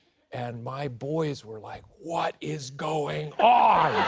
and my boys were like, what is going ah